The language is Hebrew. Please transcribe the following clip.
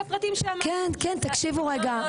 תקשיבו רגע.